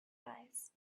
eyes